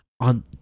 On